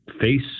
face